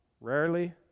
Rarely